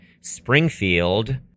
Springfield